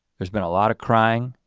there's been a lot of crying